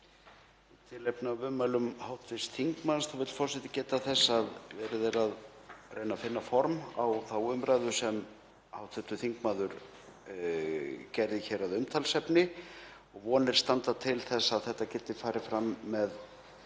tilefni af ummælum hv. þingmanns vill forseti geta þess að verið er að reyna að finna form á þá umræðu sem hv. þingmaður gerði hér að umtalsefni og vonir standa til þess að þetta geti farið fram